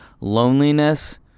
loneliness